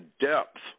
depth